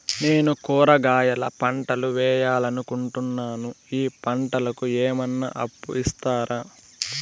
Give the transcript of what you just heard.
నేను కూరగాయల పంటలు వేయాలనుకుంటున్నాను, ఈ పంటలకు ఏమన్నా అప్పు ఇస్తారా?